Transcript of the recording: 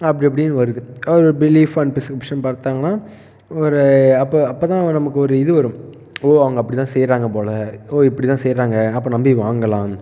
அப்படி அப்படின்னு வருது அது பிலீஃப் அண்ட் டிஸ்க்ரிப்ஷன் பார்த்தாங்கனா ஒரு அப்போ அப்போதான் நமக்கு ஒரு இது வரும் ஓ அவங்க அப்படி தான் செய்கிறாங்க போல் ஓ இப்படி தான் செய்கிறாங்க அப்போ நம்பி வாங்கலாம்